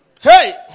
Hey